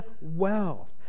wealth